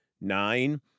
Nine